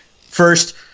First